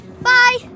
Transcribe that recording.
Bye